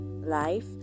life